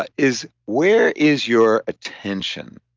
but is where is your attention,